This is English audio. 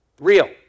Real